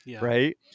Right